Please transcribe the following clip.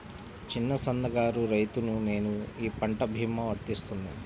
చిన్న సన్న కారు రైతును నేను ఈ పంట భీమా వర్తిస్తుంది?